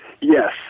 Yes